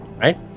Right